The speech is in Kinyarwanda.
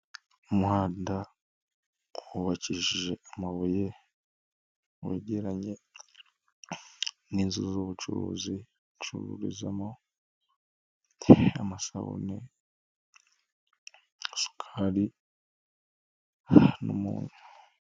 Umuhanda wubakishije amabuye, wegeranye n' inzu z'ubucuruzi ncururizamo amasabune, isukari, n'umunyu.